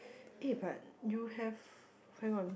eh but you have hang on